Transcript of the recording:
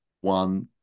one